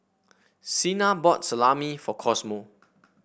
Cena bought Salami for Cosmo